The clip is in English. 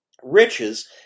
riches